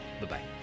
Bye-bye